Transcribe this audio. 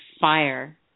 fire